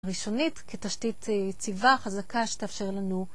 ראשונית כתשתית יציבה חזקה שתאפשר לנו.